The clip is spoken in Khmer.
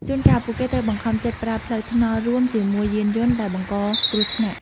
ជួនកាលពួកគេត្រូវបង្ខំចិត្តប្រើផ្លូវថ្នល់រួមជាមួយយានយន្តដែលបង្កគ្រោះថ្នាក់។